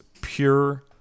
pure